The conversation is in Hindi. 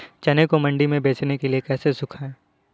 चने को मंडी में बेचने के लिए कैसे सुखाएँ?